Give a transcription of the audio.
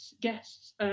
guests